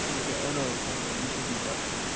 त्यो अरूहरू साथीहरूलाई सोध्नु छ